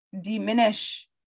diminish